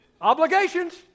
Obligations